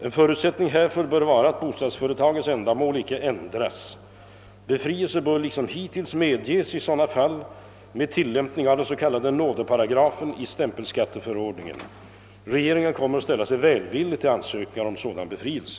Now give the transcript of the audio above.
En förutsättning härför bör vara att bostadsföretagets ändamål inte ändras. Befrielse bör liksom hittills medges i sådana fall med tillämpning av den s.k. nådeparagrafen i stämpelskatteförordningen. Regeringen kommer att ställa sig välvillig till ansökningar om sådan befrielse.